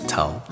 Tell